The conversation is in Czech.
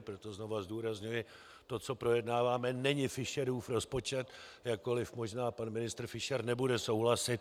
Proto znova zdůrazňuji: To, co projednáváme, není Fischerův rozpočet, jakkoliv možná pan ministr Fischer nebude souhlasit.